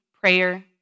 Prayer